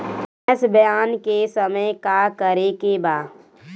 भैंस ब्यान के समय का करेके बा?